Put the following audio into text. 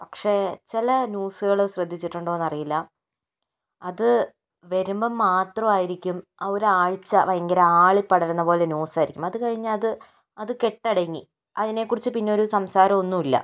പക്ഷെ ചില ന്യൂസുകൾ ശ്രദ്ധിച്ചിട്ടുണ്ടോയെന്ന് അറിയില്ല അത് വരുമ്പോൾ മാത്രമായിരിക്കും ആ ഒരു ആഴ്ച് ഭയങ്കര ആളിപ്പടരുന്നതുപോലെ ന്യൂസായിരിക്കും അതു കഴിഞ്ഞാൽ അത് അതു കെട്ടണ്ടങ്ങി അതിനെക്കുറിച്ച് പിന്നെ ഒരു സംസാരം ഒന്നുമില്ല